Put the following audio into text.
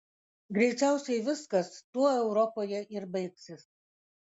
greičiausiai viskas tuo europoje ir baigsis